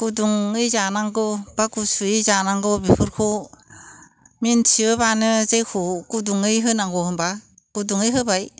गुदुङै जानांगौ एबा गुसुयै जानांगौ बेफोरखौ मिन्थियोब्लानो जेखौ गुदुङै होनांगौ होनब्ला गुदुङै होबाय